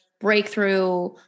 breakthrough